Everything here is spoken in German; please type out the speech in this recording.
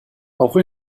auch